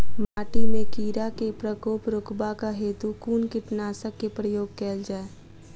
माटि मे कीड़ा केँ प्रकोप रुकबाक हेतु कुन कीटनासक केँ प्रयोग कैल जाय?